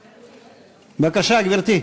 בבקשה, גברתי.